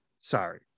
sorry